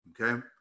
okay